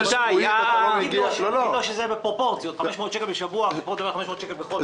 צריך להבין את הפרופורציות: 500 שקל בשבוע לעומת 500 שקל בחודש.